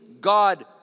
God